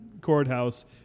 courthouse